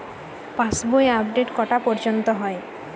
পাশ বই আপডেট কটা পর্যন্ত হয়?